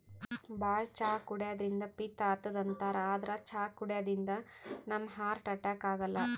ಭಾಳ್ ಚಾ ಕುಡ್ಯದ್ರಿನ್ದ ಪಿತ್ತ್ ಆತದ್ ಅಂತಾರ್ ಆದ್ರ್ ಚಾ ಕುಡ್ಯದಿಂದ್ ನಮ್ಗ್ ಹಾರ್ಟ್ ಅಟ್ಯಾಕ್ ಆಗಲ್ಲ